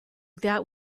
that